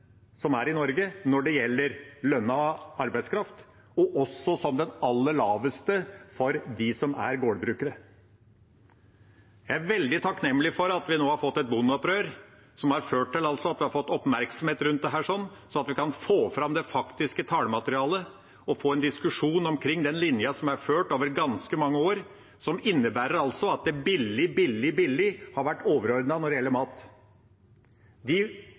i Norge når det gjelder lønna arbeidskraft, og som også er den aller laveste for dem som er gårdbrukere. Jeg er veldig takknemlig for at vi nå har fått et bondeopprør som har ført til at vi har fått oppmerksomhet rundt dette, sånn at vi kan få fram det faktiske tallmaterialet og få en diskusjon omkring den linja som er ført over ganske mange år, som innebærer at billig, billig, billig har vært overordnet når det gjelder mat.